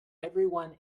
everyone